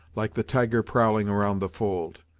like the tiger prowling around the fold.